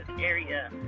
area